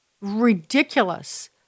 ridiculous